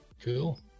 Cool